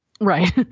Right